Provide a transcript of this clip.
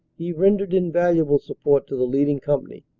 he rendered invaluable support to the leading company,